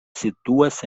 situas